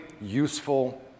useful